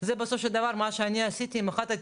אבל צריך לדבר על הזכויות של מי שנמצא כאן.